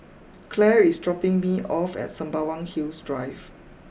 Clare is dropping me off at Sembawang Hills Drive